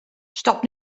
stop